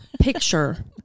picture